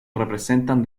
representan